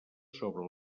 sobre